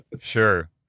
sure